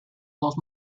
dos